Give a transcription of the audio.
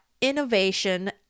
innovation